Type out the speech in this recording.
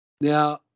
Now